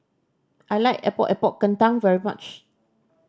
I like Epok Epok Kentang very much